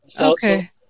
Okay